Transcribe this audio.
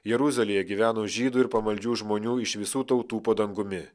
jeruzalėje gyveno žydų ir pamaldžių žmonių iš visų tautų po dangumi